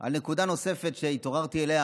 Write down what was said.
על נקודה נוספת שהתעוררתי אליה,